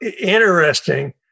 Interesting